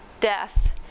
death